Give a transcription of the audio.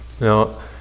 Now